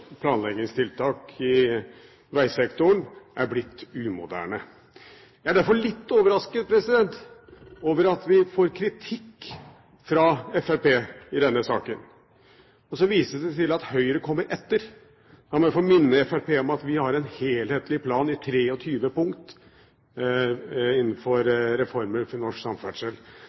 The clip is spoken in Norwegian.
planleggingstiltak i vegsektoren på, er blitt umoderne. Jeg er derfor litt overrasket over at vi får kritikk fra Fremskrittspartiet i denne saken. Så vises det til at Høyre kommer etter. La meg få minne Fremskrittspartiet om at vi har en helhetlig plan i 23 punkt med reformer for norsk samferdsel.